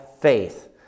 faith